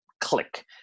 click